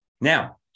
Now